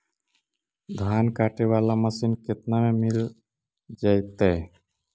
धान काटे वाला मशीन केतना में मिल जैतै?